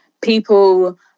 people